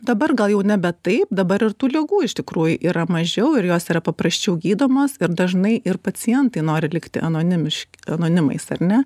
dabar gal jau nebe taip dabar ir tų ligų iš tikrųjų yra mažiau ir jos yra paprasčiau gydomos ir dažnai ir pacientai nori likti anonimiški anonimais ar ne